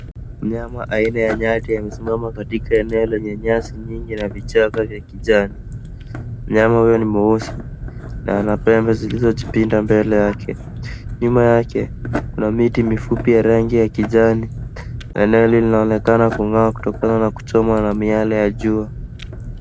Mnyama aina ya nyati amesimama katika eneo lenye nyasi nyingi na vichaka vya kijani. Mnyama huyu ni mweusi na ana pembe zilizojipinda mbele yake. Nyuma yake, kuna miti mifupi ya rangi ya kijani na eneo linaonekana kungaa kutokana na kuchomwa na miale ya jua.